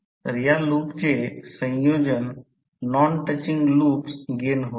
तर या लूपचे संयोजन नॉन टचिंग लूप्स गेन होईल